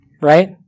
right